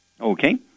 Okay